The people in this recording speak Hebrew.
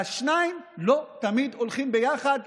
והשניים לא תמיד הולכים ביחד,